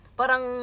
parang